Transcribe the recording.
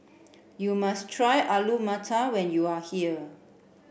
you must try Alu Matar when you are here